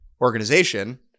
organization